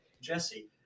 Jesse